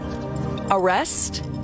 Arrest